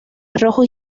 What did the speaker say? rojos